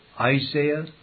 Isaiah